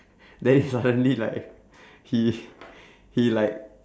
then suddenly like he he like